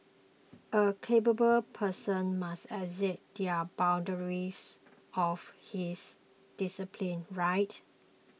a capable person must exceed the boundaries of his discipline right